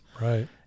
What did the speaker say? Right